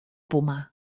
puma